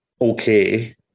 okay